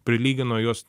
prilygino juos